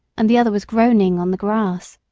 and the other was groaning on the grass.